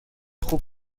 خوب